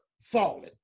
falling